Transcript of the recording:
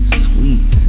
sweet